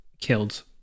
killed